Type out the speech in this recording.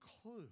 clue